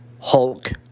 Hulk